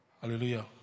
Hallelujah